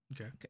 Okay